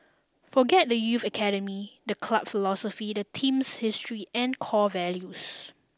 forget the youth academy the club philosophy the team's history and core values